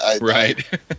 Right